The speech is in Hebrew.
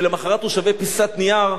שלמחרת הוא שווה פיסת נייר,